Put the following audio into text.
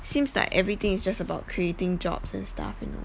seems like everything is just about creating jobs and stuff you know